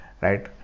right